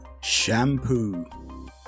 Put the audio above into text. Shampoo